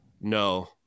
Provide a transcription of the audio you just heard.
No